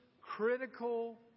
critical